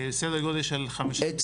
סדר גודל של 50 מיליון שקלים.